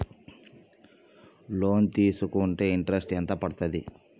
Loan తీస్కుంటే interest ఎంత పడ్తది?